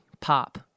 pop